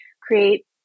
create